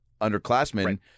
underclassmen